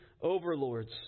overlords